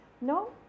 No